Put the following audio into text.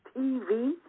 TV